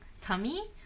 tummy